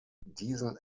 diesen